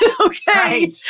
okay